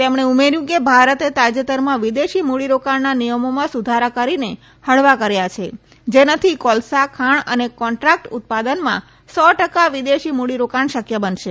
તેમણે ઉમેર્યું કે ભારતે તાજેતરમાં વિદેશી મૂડીરોકાણના નિયમોમાં સુધારા કરીને હળવા કર્યા છે જેનાથી કોલસા ખાણ અને કોન્ટ્રાક્ટ ઉત્પાદનમાં સો ટકા વિદેશી મૂડીરોકાણ શક્ય બનશે